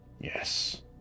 Yes